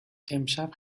امشب